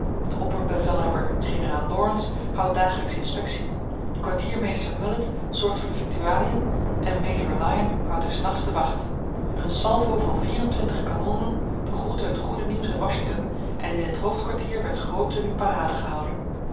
de opperbevelhebber generaal laurence houdt dagelijks inspectie de kwartiermeester mullet zorgt voor de victualiën en majoor lion houdt des nachts de wacht een salvo van vierentwintig kanonnen begroette het goede nieuws uit washington en in het hoofdkwartier werd groot tenue parade gehouden